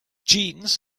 jeans